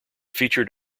featured